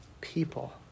people